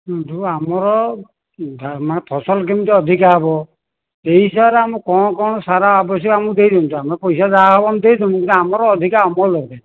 ହୁଁ ଯୋଉ ଆମର ଫସଲ କେମିତି ଅଧିକା ହେବ ଏଇ ହିସାବରେ ଆମକୁ କ'ଣ କ'ଣ ସାର ଆବଶ୍ୟକ ଆମକୁ ଦେଇଦିଅନ୍ତୁ ଆମେ ପଇସା ଯାହା ହେବ ଆମେ ଦେଇଦେବୁ କିନ୍ତୁ ଆମର ଅଧିକା ଅମଳ ଦରକାର